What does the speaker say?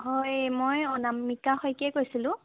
হয় মই অনামিকা শইকীয়াই কৈছিলোঁ